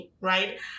right